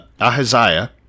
Ahaziah